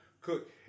cook